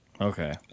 Okay